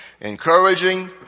encouraging